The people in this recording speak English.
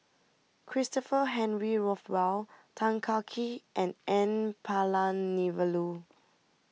Christopher Henry Rothwell Tan Kah Kee and N Palanivelu